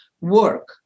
work